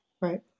right